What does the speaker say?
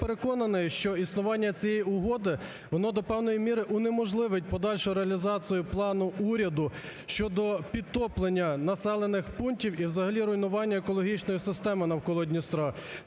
я переконаний, що існування цієї угоди, воно до певної міри унеможливить подальшу реалізацію плану уряду щодо підтоплення населених пунктів і взагалі руйнування екологічної системи навколо Дністра.